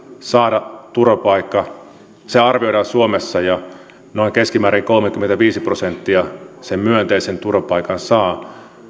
saada turvapaikka se arvioidaan suomessa ja noin keskimäärin kolmekymmentäviisi prosenttia sen myönteisen turvapaikkapäätöksen saa